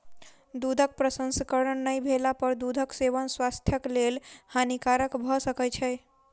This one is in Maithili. दूधक प्रसंस्करण नै भेला पर दूधक सेवन स्वास्थ्यक लेल हानिकारक भ सकै छै